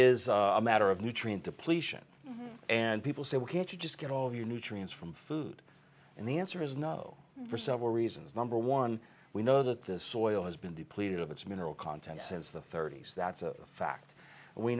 is a matter of nutrient depletion and people say why can't you just get all of your nutrients from food and the answer is no for several reasons number one we know that this soil has been depleted of its mineral content since the thirty's that's a fact we